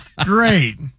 Great